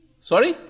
Sorry